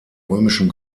römischen